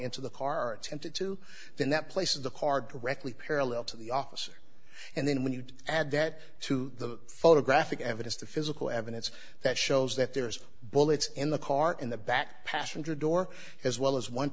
into the car attempted to then that place in the car directly parallel to the officer and then when you add that to the photographic evidence the physical evidence that shows that there's bullets in the car in the back passenger door as well as one